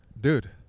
Dude